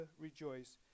rejoice